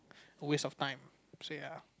waste of time